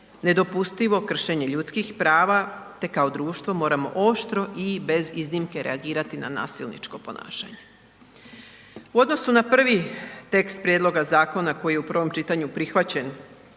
nedopustivo kršenje ljudskih prava, te kao društvo moramo oštro i bez iznimke reagirati na nasilničko ponašanje. U odnosu na prvi tekst prijedloga zakona koji je u prvom čitanju prihvaćen,